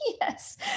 Yes